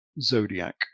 Zodiac